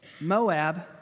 Moab